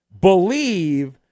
believe